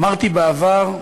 אמרתי בעבר,